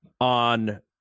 On